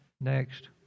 next